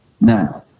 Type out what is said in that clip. now